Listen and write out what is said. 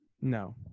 No